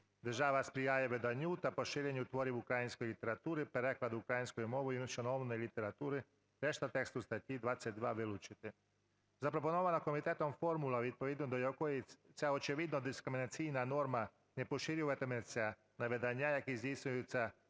Держава сприяє виданню та поширенню творів української літератури, перекладу українською мовою іншомовної літератури". Решта тексту статті 22 вилучити. Запропонована комітетом формула, відповідно до якої ця очевидна дискримінацйна норма не поширюватиметься на видання, які здійснюються